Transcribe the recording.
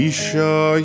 Isha